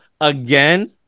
again